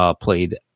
Played